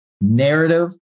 Narrative